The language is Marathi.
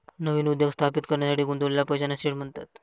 नवीन उद्योग स्थापित करण्यासाठी गुंतवलेल्या पैशांना सीड म्हणतात